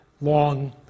long